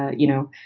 you know,